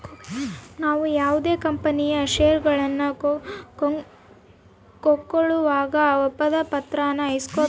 ನಾವು ಯಾವುದೇ ಕಂಪನಿಯ ಷೇರುಗಳನ್ನ ಕೊಂಕೊಳ್ಳುವಾಗ ಒಪ್ಪಂದ ಪತ್ರಾನ ಇಸ್ಕೊಬೇಕು